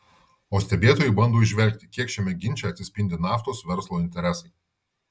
o stebėtojai bando įžvelgti kiek šiame ginče atsispindi naftos verslo interesai